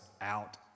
out